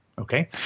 Okay